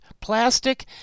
plastic